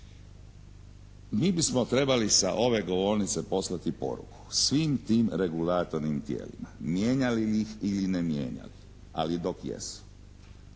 Mi bismo trebali sa ove govornice poslati poruku svim tim regulatornim tijelima mijenja li ih ili ne mijenja ih, ali dok jesu.